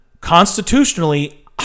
Constitutionally